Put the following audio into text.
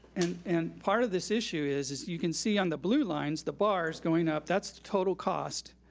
and and part of this issue is is you can see on the blue lines, the bars going up, that's the total cost.